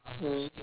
mm